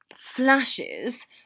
Flashes